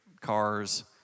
cars